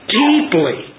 deeply